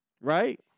right